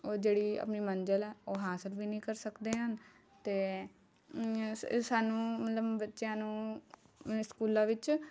ਓ ਜਿਹੜੀ ਆਪਣੀ ਮੰਜ਼ਿਲ ਹੈ ਉਹ ਹਾਸਿਲ ਵੀ ਨਹੀਂ ਕਰ ਸਕਦੇ ਹਨ ਅਤੇ ਸਾਨੂੰ ਮਤਲਬ ਬੱਚਿਆਂ ਨੂੰ ਸਕੂਲਾਂ ਵਿੱਚ